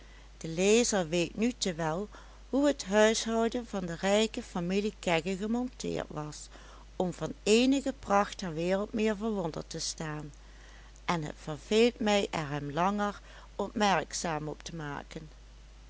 de lezer weet nu te wel hoe het huishouden van de rijke familie kegge gemonteerd was om van eenige pracht ter wereld meer verwonderd te staan en het verveelt mij er hem langer opmerkzaam op te maken